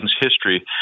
history